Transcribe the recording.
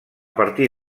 partir